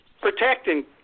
protecting